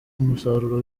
umusaruro